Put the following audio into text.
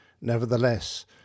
Nevertheless